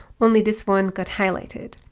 only this one got highlighted.